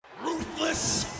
Ruthless